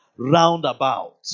Roundabout